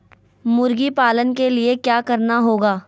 मुर्गी पालन के लिए क्या करना होगा?